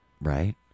Right